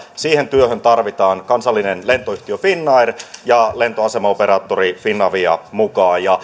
siihen työhön tarvitaan kansallinen lentoyhtiö finnair ja lentoasemaoperaattori finavia mukaan